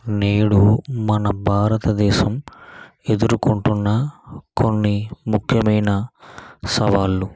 నేడు మన భారతదేశం ఎదురుకుంటున్న కొన్ని ముఖ్యమైన సవాళ్ళు